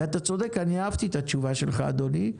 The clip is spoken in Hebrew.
אתה צודק, אני אהבתי את התשובה שלך, אדוני.